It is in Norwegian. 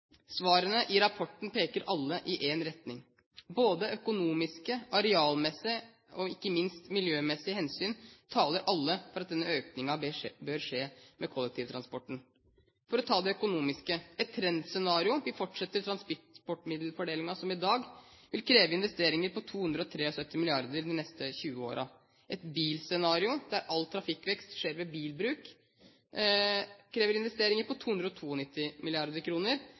Svarene i rapporten peker alle i én retning, både økonomiske, arealmessige og ikke minst miljømessige hensyn taler alle for at denne økningen bør skje med kollektivtransporten. For å ta det økonomiske: Et trendscenario, der vi fortsetter transportmiddelfordelingen som i dag, vil kreve investeringer på 273 mrd. kr de neste 20 årene. Et bilscenario, der all trafikkvekst skjer ved bilbruk, krever investeringer på 292 mrd. kr, mens et kollektivscenario, der veksten tas med kollektivtrafikk og